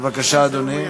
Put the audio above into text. בבקשה, אדוני.